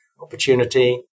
opportunity